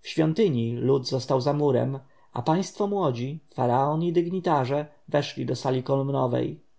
w świątyni lud został za murem a państwo młodzi faraon i dygnitarze weszli do sali